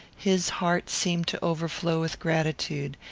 his heart seemed to overflow with gratitude,